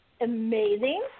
amazing